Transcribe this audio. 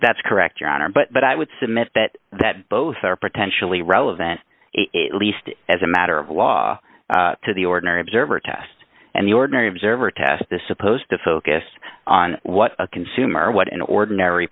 that's correct your honor but i would submit that that both are potentially relevant least as a matter of law to the ordinary observer test and the ordinary observer test this supposed to focus on what a consumer what an ordinary